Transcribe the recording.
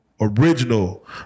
original